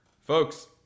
Folks